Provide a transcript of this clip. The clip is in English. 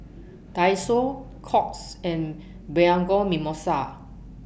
Daiso Courts and Bianco Mimosa